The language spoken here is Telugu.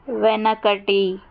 వెనకటి